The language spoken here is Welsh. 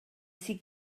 sydd